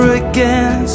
again